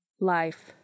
Life